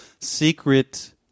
Secret